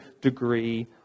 degree